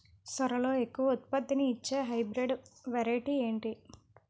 సోరలో ఎక్కువ ఉత్పత్తిని ఇచే హైబ్రిడ్ వెరైటీ ఏంటి?